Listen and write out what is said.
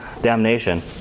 damnation